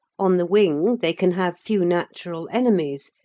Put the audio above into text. on the wing they can have few natural enemies,